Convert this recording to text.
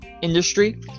industry